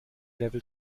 level